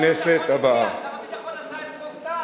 בכנסת הבאה.